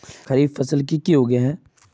खरीफ फसल की की उगैहे?